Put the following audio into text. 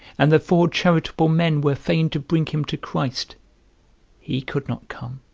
and the four charitable men were fain to bring him to christ he could not come.